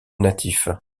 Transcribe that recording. natif